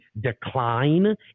decline